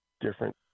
different